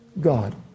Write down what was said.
God